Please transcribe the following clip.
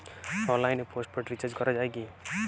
অনলাইনে postpaid recharge করা যায় কি?